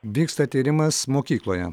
vyksta tyrimas mokykloje